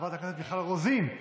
מיכל רוזין,